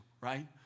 right